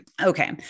Okay